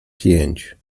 pięć